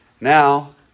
Now